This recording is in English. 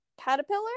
Caterpillar